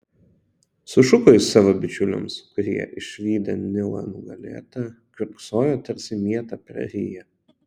sušuko jis savo bičiuliams kurie išvydę nilą nugalėtą kiurksojo tarsi mietą prariję